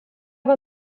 war